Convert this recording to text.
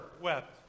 wept